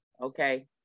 Okay